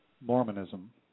Mormonism